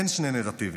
אין שני נרטיבים,